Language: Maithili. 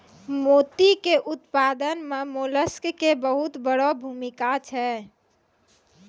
मोती के उपत्पादन मॅ मोलस्क के बहुत वड़ो भूमिका छै